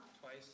Twice